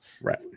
Right